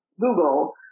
Google